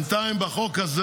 בינתיים בחוק הזה